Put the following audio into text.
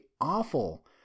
awful